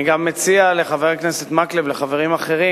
אני גם מציע לחבר הכנסת מקלב ולחברים אחרים,